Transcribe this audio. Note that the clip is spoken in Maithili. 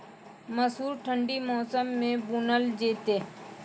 मसूर ठंडी मौसम मे बूनल जेतै?